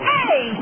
Hey